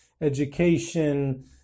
education